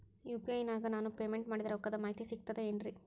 UPI ನಾಗ ನಾನು payment ಮಾಡಿದ ರೊಕ್ಕದ ಮಾಹಿತಿ ಸಿಕ್ತದೆ ಏನ್ರಿ?